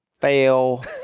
Fail